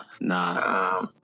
nah